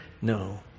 No